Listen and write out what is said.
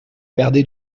perdait